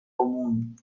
común